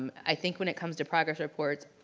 i think when it comes to progress reports,